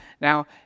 Now